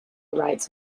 writes